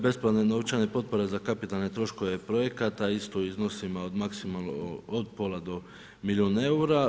Besplatne novčane potpore za kapitalne troškove projekata isto u iznosima od maksimalno od pola do milijun eura,